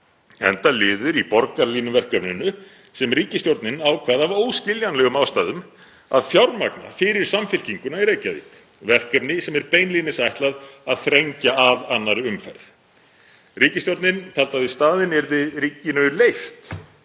enda liður í borgarlínuverkefninu sem ríkisstjórnin ákvað af óskiljanlegum ástæðum að fjármagna fyrir Samfylkinguna í Reykjavík, verkefni sem er beinlínis ætlað að þrengja að annarri umferð. Ríkisstjórnin taldi að í staðinn yrði ríkinu leyft